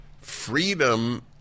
Freedom